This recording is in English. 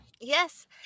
Yes